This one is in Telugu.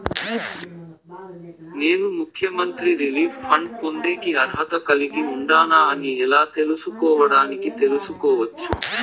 నేను ముఖ్యమంత్రి రిలీఫ్ ఫండ్ పొందేకి అర్హత కలిగి ఉండానా అని ఎలా తెలుసుకోవడానికి తెలుసుకోవచ్చు